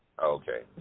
Okay